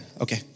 Okay